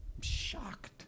shocked